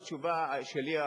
התשובה שלי,